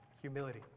humility